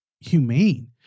humane